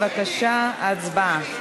בבקשה, הצבעה.